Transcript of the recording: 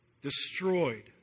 destroyed